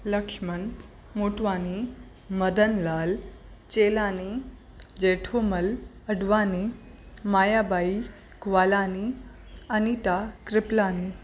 Laxman Motwani Madanlal Chelani Jethumal Advani Mayabai Gwalani Anita Kripalani